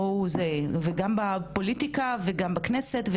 וגם בכנסת,